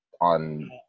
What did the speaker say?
on